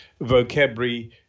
vocabulary